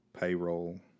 payroll